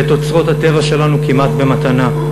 ואת אוצרות הטבע שלנו כמעט במתנה.